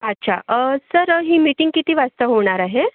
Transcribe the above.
अच्छा सर ही मीटिंग किती वाजता होणार आहे